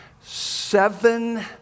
Seven